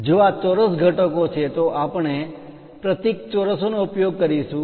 જો આ ચોરસ ઘટકો છે તો આપણે પ્રતીક ચોરસ નો ઉપયોગ કરીશું